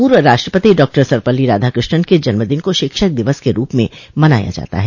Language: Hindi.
पूर्व राष्ट्रपति डॉक्टर सर्वपल्ली राधाकृष्ण्न के जन्म दिन को शिक्षक दिवस के रूप में मनाया जाता है